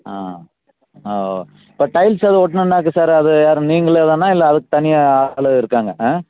ஆ ஆ இப்போ டைல்ஸ் எது ஒட்டணுனா சார் அது யார் நீங்களே தானா இல்லை அதுக்கு தனியாக ஆள் இருக்காங்க ஆ